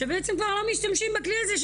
שכבר לא משתמשים בכלי הזה,